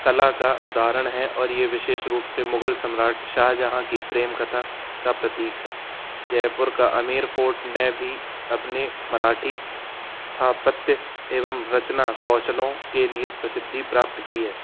कला का उदाहरण है और ये विशेष रूप से मुग़ल सम्राट शाहजहाँ की प्रेम कथा का प्रतीक है जयपुर का अमेर फोर्ट ने भी अपने मराठी स्थापत्य एवं रचना कौशलों के लिए प्रसिद्धि प्राप्त की है